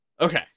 Okay